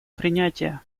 принятие